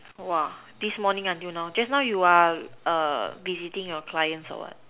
!wah! this morning until now just now you are visiting your clients or what